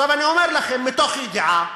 אני אומר לכם מתוך ידיעה